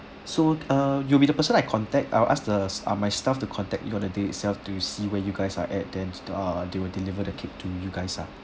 so uh you'll be the person I contact I will ask the ah my staff to contact you on the day itself to see where you guys are at then uh they will deliver the cake to you guys ah